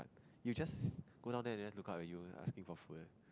you just go down there and then look up at you asking for food